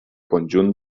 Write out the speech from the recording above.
conjunt